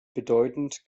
bedeutend